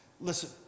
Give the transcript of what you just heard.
Listen